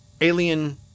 alien